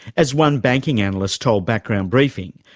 as one banking analyst told background briefing,